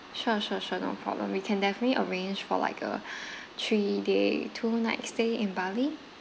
sure sure sure no problem we can definitely arrange for like a three day two night stay in bali